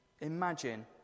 imagine